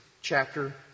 chapter